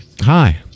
hi